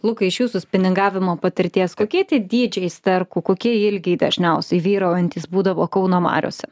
lukai iš jūsų spiningavimo patirties kokie tie dydžiai sterkų kokie ilgiai dažniausiai vyraujantys būdavo kauno mariose